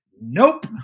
nope